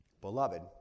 Beloved